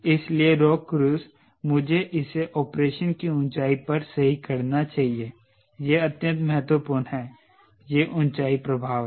इसलिए 𝜌cruice मुझे इसे ऑपरेशन की ऊंचाई पर सही करना चाहिए यह अत्यंत महत्वपूर्ण है यह ऊंचाई प्रभाव है